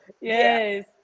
Yes